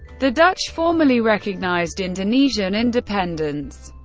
the dutch formally recognised indonesian independence.